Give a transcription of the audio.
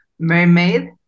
mermaid